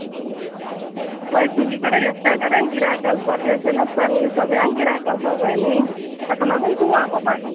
मागीर तुजे कडे एकट्या कडेन गिरायक घालपाचें अशें नासता न्ही सगळ्यांक गिरायक घालपा जाय न्ही ताका लागून तूं वळखोपा